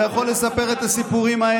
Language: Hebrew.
אתה יכול לספר הכול.